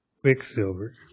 Quicksilver